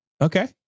Okay